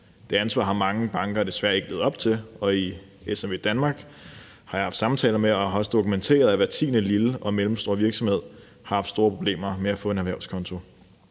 Det ansvar har mange banker desværre ikke levet op til, og i SMV Danmark har jeg haft samtaler og også dokumenteret, at hvert tiende lille eller mellemstore virksomhed har haft store problemer med at få en erhvervskonto.